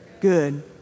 good